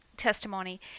testimony